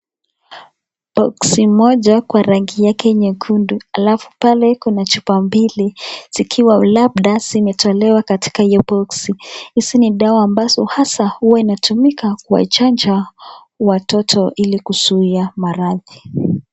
Boksi moja kwa rangi yake nyekundu, alafu pale kuna chupa mbili, zikiwa labda zimetolewa kwa hiyo boksi, hizi ni dawa ambazo hasa huwa inatumika kwa chanjo ya watoto ili kuzuia maradhi.